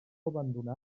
abandonat